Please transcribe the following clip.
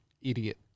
idiot